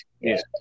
Yes